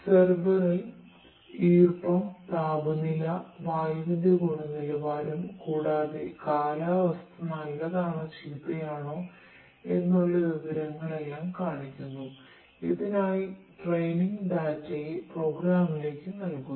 സെർവറിൽ നൽകുന്നു